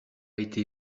été